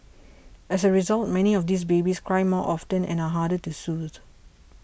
as a result many of these babies cry more often and are harder to soothe